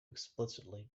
explicitly